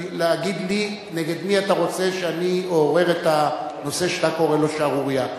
להגיד לי נגד מי אתה רוצה שאני אעורר את הנושא שאתה קורא לו "שערורייה".